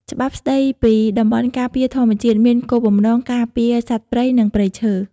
ច្បាប់ស្តីពីតំបន់ការពារធម្មជាតិមានគោលបំណងការពារសត្វព្រៃ និងព្រៃឈើ។